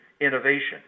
innovation